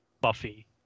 Buffy